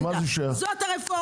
זאת הרפורמה.